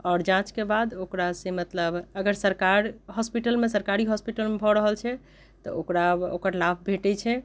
आओर जाँचके बाद ओकरा से मतलब अगर सरकार हॉस्पिटलमे सरकारी हॉस्पिटलमे भऽ रहल छै तऽ ओकरा अब ओकर लाभ भेटैत छै